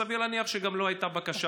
סביר להניח שגם לא הייתה בקשה